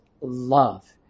love